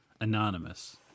Anonymous